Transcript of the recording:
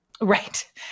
Right